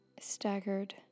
staggered